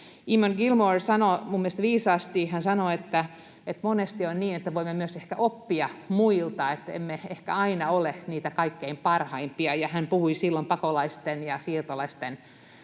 Eamon Gilmore sanoi minun mielestäni viisaasti: hän sanoi, että monesti on niin, että voimme myös ehkä oppia muilta — että emme ehkä aina ole niitä kaikkein parhaimpia. Hän puhui silloin pakolaisten ja siirtolaisten kohtelusta